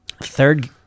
Third